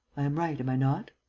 i am right, am i not?